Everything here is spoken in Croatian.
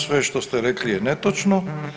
Sve što ste rekli je netočno.